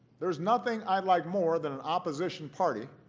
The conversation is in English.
there's nothing i'd like more than an opposition party